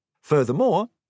Furthermore